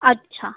अच्छा